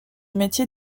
métier